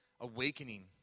awakening